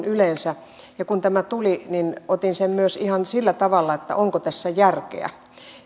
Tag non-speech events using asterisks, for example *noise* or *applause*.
*unintelligible* yleensä niin otin sen myös ihan sillä tavalla että onko tässä järkeä